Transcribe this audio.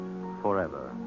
forever